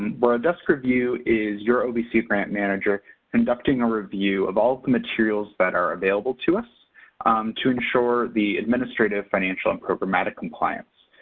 and well, a desk review is your ovc grant manager conducting a review of all the materials that are available to us to ensure the administrative financial and programmatic compliance.